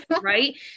right